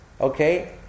okay